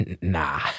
Nah